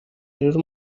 arera